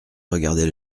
regardait